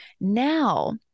now